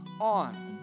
on